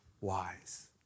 wise